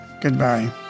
Goodbye